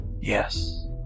yes